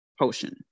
potion